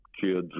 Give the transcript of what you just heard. kids